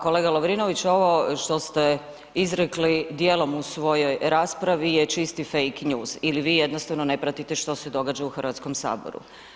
Kolega Lovrinović, ovo što ste izrekli, dijelom u svojoj raspravi je čisto fake news ili vi jednostavno ne pratite što se događa u Hrvatskom saboru.